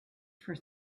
for